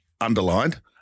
underlined